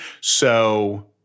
so-